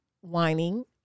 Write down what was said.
whining